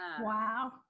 Wow